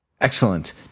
Excellent